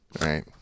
Right